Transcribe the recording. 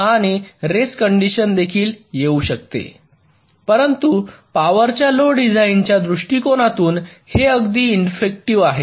आणि race condition देखील येऊ शकते परंतु पॉवरच्या लो डिझाइनच्या दृष्टिकोनातून हे अगदी इफ्फेक्टिव्ह आहे